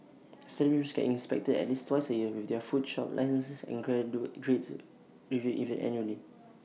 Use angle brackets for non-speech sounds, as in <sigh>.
establishments get inspected at least twice A year with their food shop licences and grades <unintelligible> reviewed annually